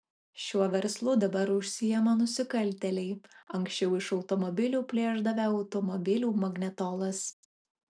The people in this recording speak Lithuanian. šiuo verslu dabar užsiima nusikaltėliai anksčiau iš automobilių plėšdavę automobilių magnetolas